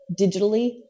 digitally